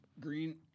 green